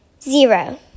Zero